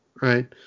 right